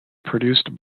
produced